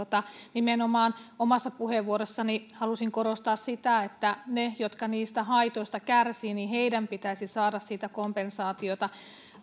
omassa puheenvuorossani halusin nimenomaan korostaa sitä että niiden jotka niistä haitoista kärsivät pitäisi saada siitä kompensaatiota